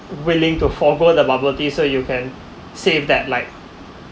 willing to forgot the bubble tea so you can save that like